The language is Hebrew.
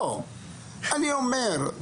אני אומר: